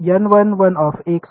विद्यार्थी एन